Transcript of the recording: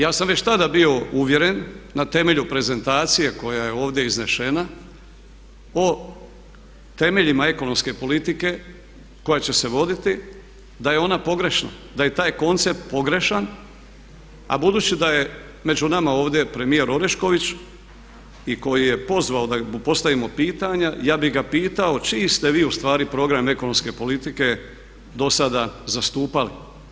Ja sam već tada bio uvjeren na temelju prezentacije koja je ovdje iznesena o temeljima ekonomske politike koja će se voditi da je ona pogrešna, da je taj koncept pogrešan a budući da je među nama ovdje premijer Orešković i koji je pozvao da mu postavimo pitanja ja bih ga pitao čiji ste vi ustvari program ekonomske politike dosada zastupali?